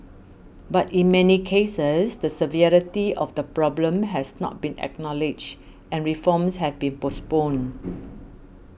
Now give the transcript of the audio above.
but in many cases the severity of the problem has not been acknowledged and reforms have been postponed